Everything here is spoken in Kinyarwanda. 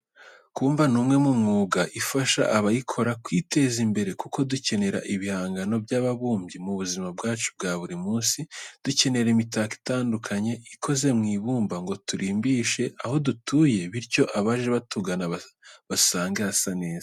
Kubumba ni umwe mu myuga ifasha abayikora kwiteza imbere kuko dukenera ibihangano by'ababumbyi mu buzima bwacu bwa buri munsi. Dukenera imitako itandukanye, ikoze mu ibumba ngo turimbishe aho dutuye bityo abaje batugana basange hasa neza.